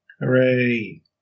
Hooray